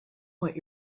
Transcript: what